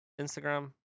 Instagram